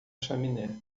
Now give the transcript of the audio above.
chaminé